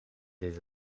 deed